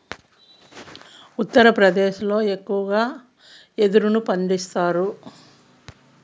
ఉత్తరప్రదేశ్ ల ఎక్కువగా యెదురును పండిస్తాండారు